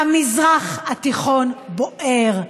המזרח התיכון בוער.